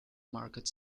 market